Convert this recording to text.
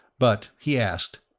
but he asked,